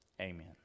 amen